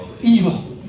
evil